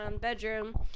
bedroom